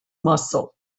muscle